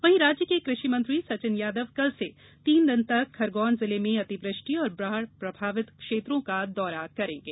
वहीं राज्य के कृषि मंत्री सचिन यादव कल से तीन दिन तक खरगौन जिले में अतिवृष्टि और बाढ़ प्रभावित क्षेत्रों का दौरा करेंगें